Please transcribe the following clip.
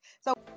So-